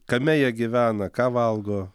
kame jie gyvena ką valgo